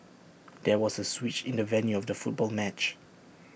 there was A switch in the venue of the football match